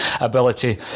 ability